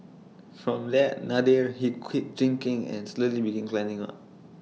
from let Nadir he quit drinking and slowly began climbing up